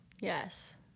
Yes